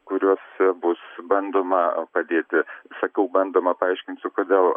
kuriuose bus bandoma padėti sakau bandoma paaiškinsiu kodėl